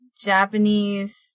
Japanese